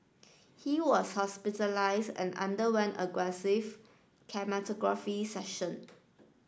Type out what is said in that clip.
he was hospitalised and underwent aggressive chemotherapy session